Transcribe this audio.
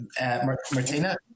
Martina